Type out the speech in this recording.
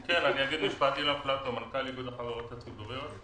אילן פלטו, מנכ"ל איגוד החברות הציבוריות.